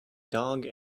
dog